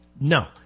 No